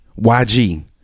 YG